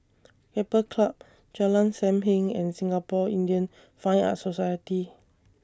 Keppel Club Jalan SAM Heng and Singapore Indian Fine Arts Society